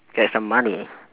get some money